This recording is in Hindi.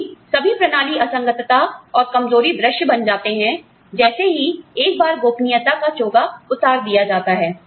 चूंकि सभी प्रणाली असंगतता और कमजोरी दृश्य बन जाते हैं जैसे ही एक बार गोपनीयता का चोग़ा उतार दिया जाता है